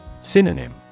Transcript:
Synonym